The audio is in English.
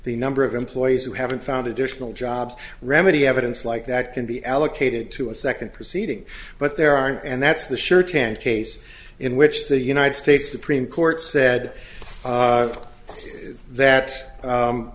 the number of employees who haven't found additional jobs remedy evidence like that can be allocated to a second proceeding but there aren't and that's the shirt and case in which the united states supreme court said that